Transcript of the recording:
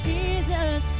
Jesus